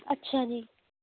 ਅੱਛਾ ਜੀ